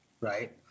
right